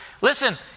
Listen